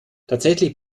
tatsächlich